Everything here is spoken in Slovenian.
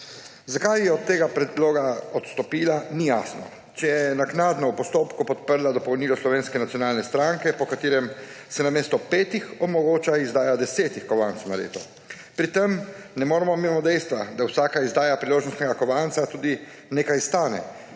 Zakaj je od tega predloga odstopila, ni jasno, če je naknadno v postopku podprla dopolnilo Slovenske nacionalne stranke, po katerem se namesto petih omogoča izdaja desetih kovancev na leto. Pri tem ne moremo mimo dejstva, da vsaka izdaja priložnostnega kovanca tudi nekaj stane,